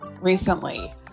recently